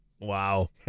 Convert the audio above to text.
Wow